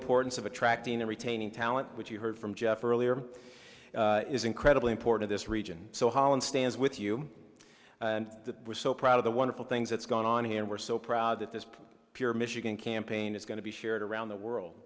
importance of attracting and retaining talent which you heard from jeff earlier is incredibly important this region so holland stands with you and that we're so proud of the wonderful things that's gone on here and we're so proud that this pure michigan campaign is going to be shared around the world